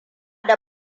da